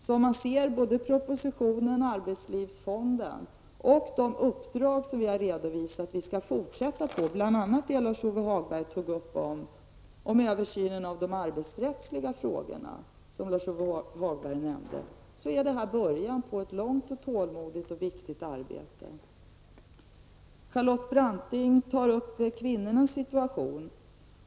Om man ser propositionen, arbetslivsfonden och de uppdrag som vi har redovisat att vi skall fortsätta med, bl.a. det som Lars Ove Hagberg tog upp om översynen av de arbetsrättsliga frågorna, är det början på ett långt, tålmodigt och viktigt arbete. Charlotte Branting tar upp kvinnors situation.